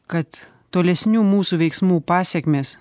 kad tolesnių mūsų veiksmų pasekmės